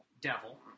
Devil